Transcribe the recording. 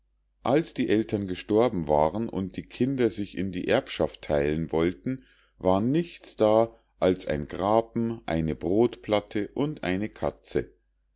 als die ältern gestorben waren und die kinder sich in die erbschaft theilen wollten war nichts da als ein grapen eine brodplatte und eine katze